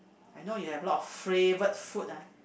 I know you have a lot of favourite food ah